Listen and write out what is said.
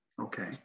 Okay